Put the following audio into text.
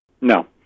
No